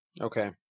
Okay